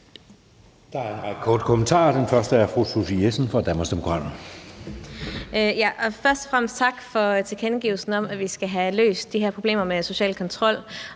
Først og fremmest tak for tilkendegivelsen af, at vi skal have løst de her problemer med social kontrol,